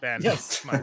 yes